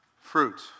fruit